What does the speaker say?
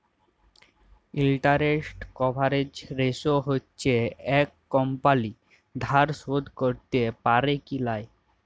interest coverage ratio হচ্যে একট কমপালি ধার শোধ ক্যরতে প্যারে কি লায়